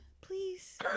please